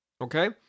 Okay